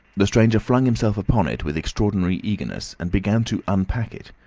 the stranger flung himself upon it with extraordinary eagerness, and began to unpack it,